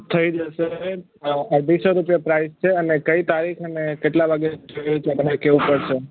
થઈ જશે અઢીસો રૂપિયા પ્રાઈસ છે અને કઈ તારીખ અને કેટલા વાગે જોઈએ છે તમારે કહેવું પડશે